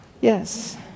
Yes